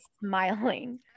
smiling